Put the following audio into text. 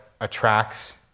attracts